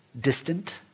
Distant